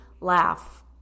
laugh